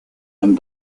and